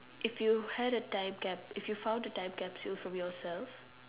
if you had a time cap~ if you found a time capsule from yourself